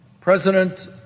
President